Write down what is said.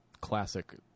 classic